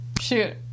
shoot